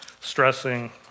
stressing